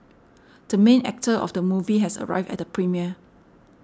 the main actor of the movie has arrived at the premiere